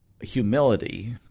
humility